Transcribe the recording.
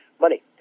money